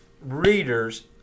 readers